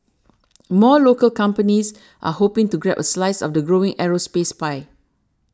more local companies are hoping to grab a slice of the growing aerospace pie